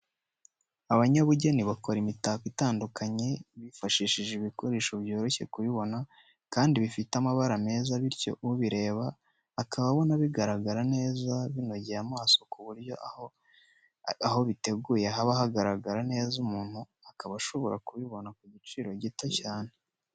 Abanyabugeni bakora imitako itandukanye bifashishije ibikoresho byoroshye kubibona, kandi bifite amabara meza bityo ubireba akaba abona bigaragara neza binogeye amaso ku buryo aho biteguye haba hagaragara neza umuntu akaba ashobora kubibona ku giciro gito cyane.